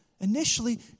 Initially